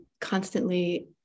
constantly